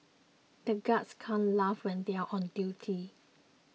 the guards can't laugh when they are on duty